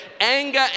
anger